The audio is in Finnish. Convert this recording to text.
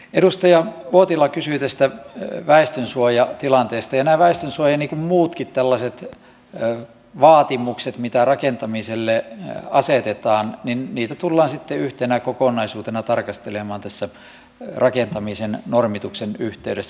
edustaja uotila kysyi tästä väestönsuojatilanteesta ja näitä väestönsuoja niin kuin muitakin tällaisia vaatimuksia mitä rakentamiselle asetetaan tullaan sitten yhtenä kokonaisuutena tarkastelemaan tässä rakentamisen normituksen yhteydessä